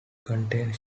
contains